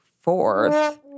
fourth